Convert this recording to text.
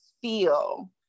feel